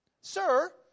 Sir